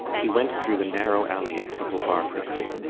he went through the narrow alley of temple bar quickly,